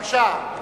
בבקשה.